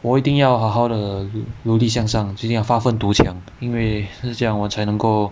我一定要好好地努力向上就要发奋图强因为这样我才能够